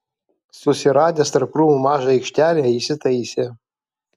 susiradęs tarp krūmų mažą aikštelę įsitaisė